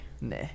Nah